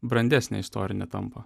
brandesnė istorinė tampa